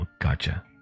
gotcha